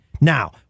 Now